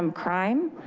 um crime,